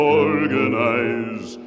organize